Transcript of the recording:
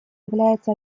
является